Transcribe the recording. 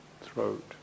throat